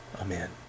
Amen